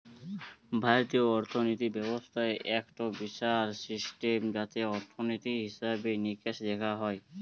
ভারতীয় অর্থিনীতি ব্যবস্থা একটো বিশাল সিস্টেম যাতে অর্থনীতি, হিসেবে নিকেশ দেখা হয়